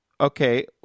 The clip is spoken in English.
Okay